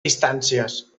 distàncies